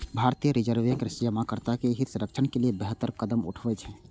भारतीय reserve bank जमाकर्ता के हित संरक्षण के लिए बेहतर कदम उठेलकै